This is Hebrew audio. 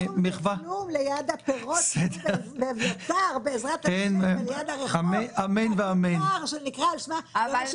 זה כלום הפירות מאביתר על יד הרחוב באביתר שנקרא על שמה בעזרת השם.